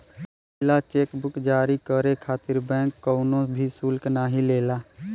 पहिला cheque book जारी करे खातिर बैंक कउनो भी शुल्क नाहीं लेला